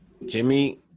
Jimmy